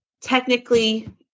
technically